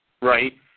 right